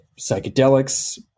psychedelics